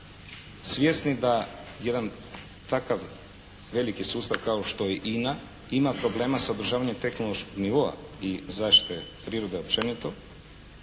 svjesni da jedan takav veliki sustav kao što je INA ima problema sa održavanje tehnološkog nivoa i zaštite prirode općenito,